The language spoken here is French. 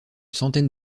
centaine